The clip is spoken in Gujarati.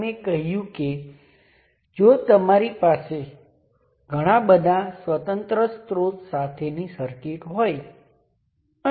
હવે અલબત્ત તમારી પાસે બે કરતા વધારે પોર્ટ હોઈ શકે છે પરંતુ બે પોર્ટ માટે આપણે જે પણ મોડેલિંગ કરીએ છીએ તેને સામાન્ય રીતે વધુ સંખ્યામાં પોર્ટ બનાવી શકાય છે